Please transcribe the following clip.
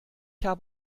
hab